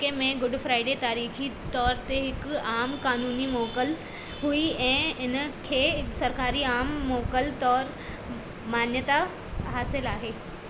U K में Good Friday तारीख़ी तौर ते हिकु आम कानूनी मोकल हुई ऐं इन खे सरकारी आम मोकल तौर मान्यता हासिलु आहे